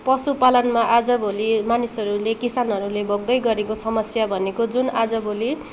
पशुपालनमा आजभोलि मानिसहरूले किसानहरूले भोग्दै गरेको समस्या भनेको जुन आजभोलि